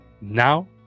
now